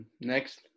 Next